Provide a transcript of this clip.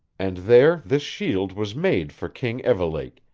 and there this shield was made for king evelake,